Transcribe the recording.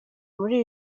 muri